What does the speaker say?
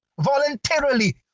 voluntarily